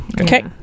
Okay